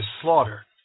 slaughter